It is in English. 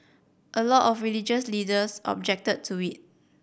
a lot of religious leaders objected to it